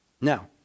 now